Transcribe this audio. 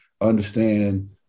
understand